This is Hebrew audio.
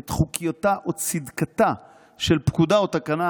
את חוקיותה או צדקתה של פקודה או תקנה